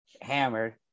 hammered